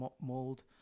mold